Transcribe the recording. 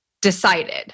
Decided